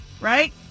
right